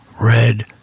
Red